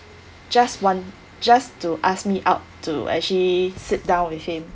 just want just to ask me out to actually sit down with him